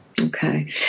Okay